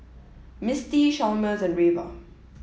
Mistie Chalmers and Reva